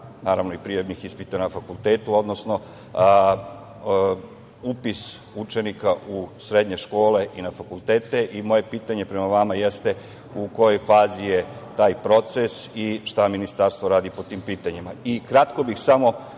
naravno i prijemnih ispita na fakultet, odnosno upis učenika u srednje škole i na fakultete. Moje pitanje prema vama jeste – u kojoj fazi je taj proces i šta Ministarstvo radi po tim pitanjima? Kratko bih samo